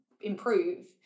improve